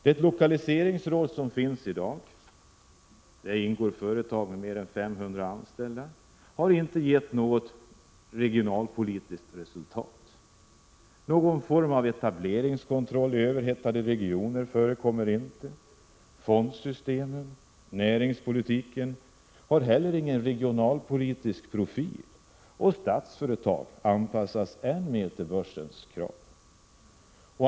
Det lokaliseringsråd som finns i dag, där det ingår företag med mer än 500 anställda, har inte åstadkommit något regionalpolitiskt resultat. Någon form av etableringskontroll i överhettade regioner förekommer inte. Fondsystemet och näringspolitiken har heller ingen regionalpolitisk profil. Statsföretag anpassas än mer till börsens krav.